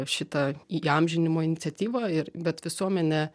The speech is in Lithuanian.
šitą įamžinimo iniciatyvą ir bet visuomenė